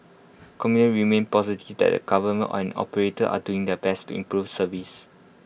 commute remained positive that the government and operators are doing their best to improve service